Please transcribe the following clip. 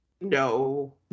No